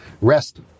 Rest